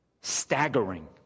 staggering